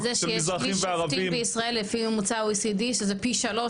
על זה שיש שליש שופטים לפי ממוצע ה- OECD שזה פי שלוש,